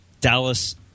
Dallas –